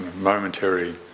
momentary